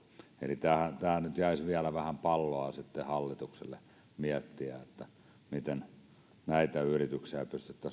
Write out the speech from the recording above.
eli tähän nyt sitten jäisi vielä vähän palloa hallitukselle miettiä miten näitä yrityksiä pystyttäisiin